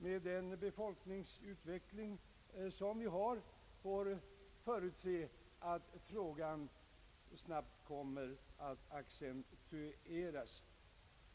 Med vår befolkningsutveckling måste man också utgå från att problemet snabbt kommer att accentueras ytterligare.